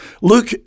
Luke